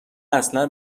اصلا